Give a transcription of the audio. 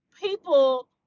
people